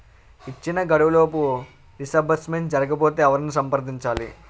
ఇచ్చిన గడువులోపు డిస్బర్స్మెంట్ జరగకపోతే ఎవరిని సంప్రదించాలి?